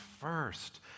first